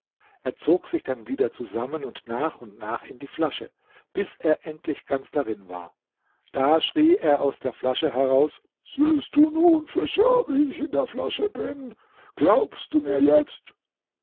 er zog sich dann wieder zusammen und nach und nach in die flasche bis er endlich ganz darin war da schrie er aus der flasche heraus siehst du nun fischer wie ich in der flasche bin glaubst du mir jetzt